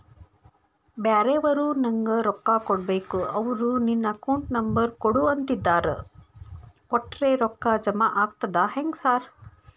ಬ್ಯಾರೆವರು ನಂಗ್ ರೊಕ್ಕಾ ಕೊಡ್ಬೇಕು ಅವ್ರು ನಿನ್ ಅಕೌಂಟ್ ನಂಬರ್ ಕೊಡು ಅಂತಿದ್ದಾರ ಕೊಟ್ರೆ ರೊಕ್ಕ ಜಮಾ ಆಗ್ತದಾ ಹೆಂಗ್ ಸಾರ್?